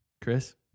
Chris